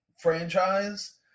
franchise